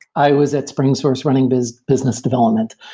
i was at springsource running business business development.